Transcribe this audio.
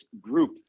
group